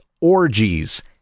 orgies